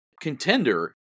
contender